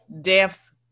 deaths